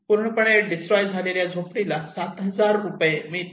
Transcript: पूर्णपणे डिस्ट्रॉय झालेल्या झोपडीला 7000 रुपये मिळतात